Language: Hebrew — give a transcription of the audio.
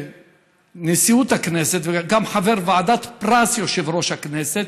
בנשיאות הכנסת וגם חבר ועדת פרס יושב-ראש הכנסת,